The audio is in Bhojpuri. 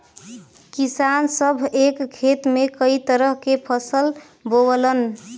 किसान सभ एक खेत में कई तरह के फसल बोवलन